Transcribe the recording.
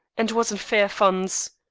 and was in fair funds.